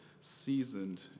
seasoned